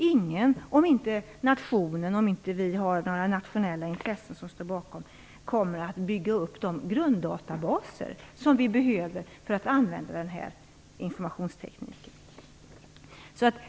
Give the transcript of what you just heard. Ingen, om vi inte har några nationella intressen som står bakom, kommer att bygga upp de grunddatabaser som vi behöver för att använda informationstekniken.